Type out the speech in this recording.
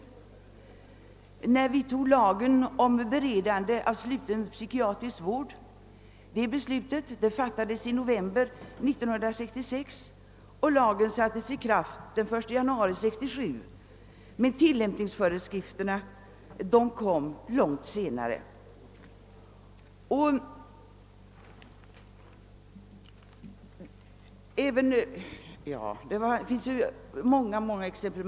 Beslutet om lagen om beredande av slutan psykiatrisk vård fattades i november 1966 och lagen sattes i kraft 1 januari 1967, men tillämpningsföreskrifter kom långt senare. Man kunde anföra många exempel.